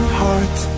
heart